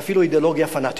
ואפילו אידיאולוגיה פנאטית,